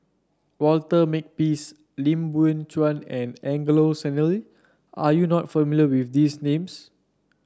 Walter Makepeace Lim Biow Chuan and Angelo Sanelli are you not familiar with these names